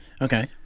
Okay